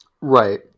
Right